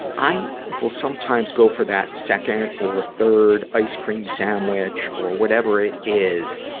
i will sometimes go for that second or third ice cream sandwich or whatever it is,